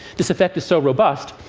this effect is so robust,